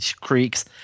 creeks